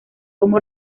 como